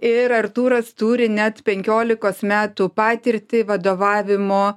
ir artūras turi net penkiolikos metų patirtį vadovavimo